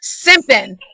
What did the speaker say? simping